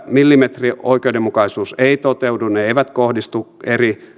millimetrioikeudenmukaisuus toteudu ne eivät kohdistu eri